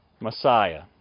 Messiah